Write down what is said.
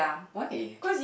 why